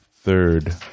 third